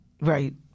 right